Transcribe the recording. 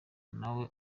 nawe